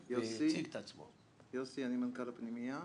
אני מנכ"ל הפנימייה,